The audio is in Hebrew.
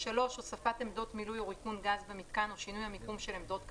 הוספת עמדות מילוי או ריקון גז במיתקן או שינוי המיקום של עמדות כאמור,